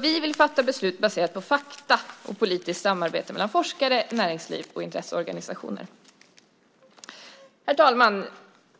Vi vill fatta beslut baserat på fakta och politiskt samarbete med forskare, näringsliv och intresseorganisationer. Herr talman!